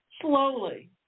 slowly